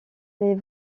des